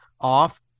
off